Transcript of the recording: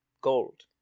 gold